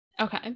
Okay